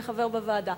כחבר בוועדה.